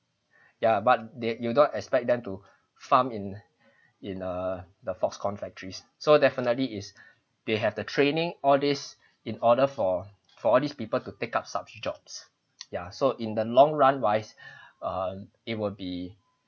ya but they you don't expect them to farm in in err the Foxconn factories so definitely is they have the training all this in order for for all these people to take up such jobs ya so in the long run wise um it will be